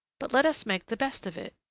but let us make the best of it.